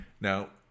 now